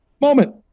Moment